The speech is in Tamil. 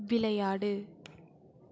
விளையாடு